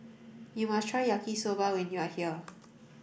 you must try Yaki Soba when you are here